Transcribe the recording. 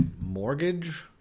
Mortgage